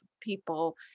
people